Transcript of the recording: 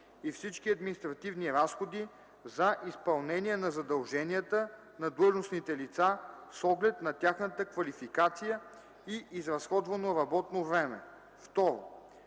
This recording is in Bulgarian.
и всички административни разходи за изпълнение на задълженията на длъжностните лица с оглед на тяхната квалификация и изразходвано работно време; 2.